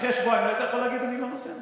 אחרי שבועיים לא היית יכול להגיד "אני לא נותן"?